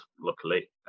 luckily